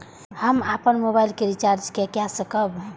हम अपन मोबाइल के रिचार्ज के कई सकाब?